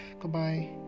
Goodbye